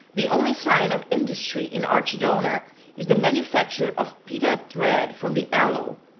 the only sign of industry in archidona is the manufacture of pita thread from the aloe.